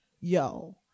yo